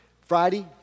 Friday